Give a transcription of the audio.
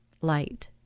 light